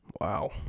wow